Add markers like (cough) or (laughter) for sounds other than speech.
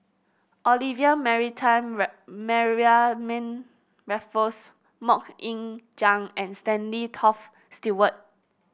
Olivia marry time (unintelligible) Mariamne Raffles MoK Ying Jang and Stanley Toft Stewart